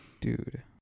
dude